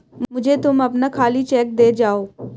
मुझे तुम अपना खाली चेक दे जाओ